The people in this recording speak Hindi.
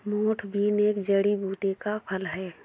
मोठ बीन एक जड़ी बूटी का फल है